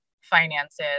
finances